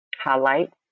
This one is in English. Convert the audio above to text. highlight